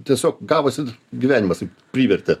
tiesiog gavosi gyvenimas privertė